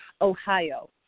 Ohio